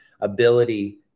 ability